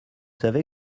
savez